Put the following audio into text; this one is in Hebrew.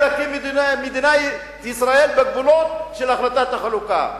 להקים את מדינת ישראל בגבולות של החלטת החלוקה.